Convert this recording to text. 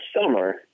summer